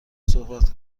صحبت